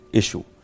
issue